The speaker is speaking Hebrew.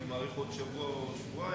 אני מעריך שבעוד שבוע או שבועיים,